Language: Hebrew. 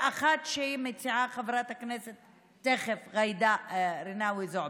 ואחת שתכף תציע חברת הכנסת ג'ידא רינאוי זועבי.